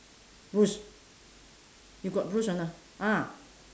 bush you got bush or not ah